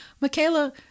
Michaela